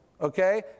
okay